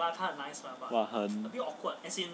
!wah! 很